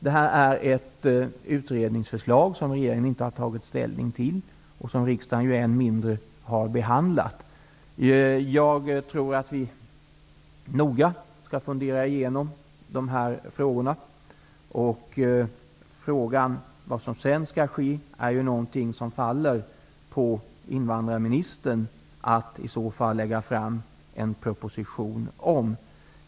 Det här är ett utredningsförslag som regeringen inte har tagit ställning till, och som riksdagen än mindre har behandlat. Jag tror att vi noga skall fundera igenom dessa frågor. Sedan faller det i så fall på invandrarministern att lägga fram en proposition om vad som skall ske.